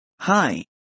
Hi